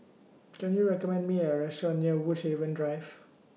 Can YOU recommend Me A Restaurant near Woodhaven Drive